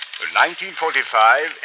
1945